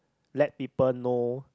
let people know